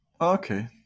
Okay